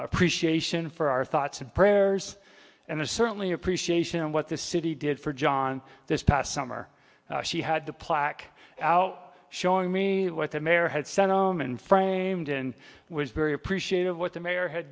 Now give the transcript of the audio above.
appreciation for our thoughts and prayers and there's certainly appreciation on what the city did for john this past summer she had the plaque showing me what the mayor had sent ohman framed and was very appreciative of what the mayor had